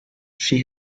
she